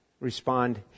Respond